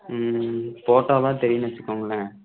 போட்டால் தான் தெரியும்னு வைச்சிக்கோங்களேன்